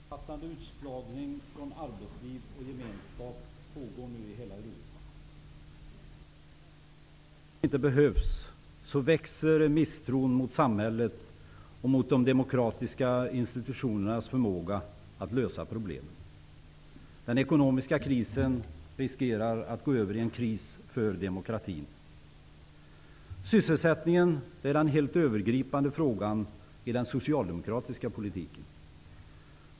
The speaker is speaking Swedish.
Herr talman! En omfattande utslagning från arbetsliv och gemenskap pågår nu i hela Europa. När människor känner att de inte behövs, växer missnöjet mot samhället och de demokratiska institutionernas förmåga att lösa problemen. Den ekonomiska krisen riskerar att gå över i en kris för demokratin. Sysselsättningen är den helt övergripande frågan i den socialdemokratiska politiken.